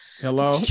Hello